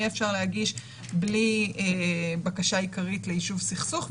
יהיה אפשר להגיש בלי בקשה עיקרית ליישוב סכסוך.